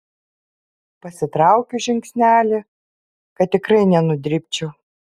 pasitraukiu žingsnelį kad tikrai nenudribčiau